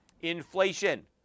Inflation